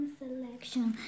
selection